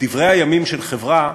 בדברי הימים של חברה,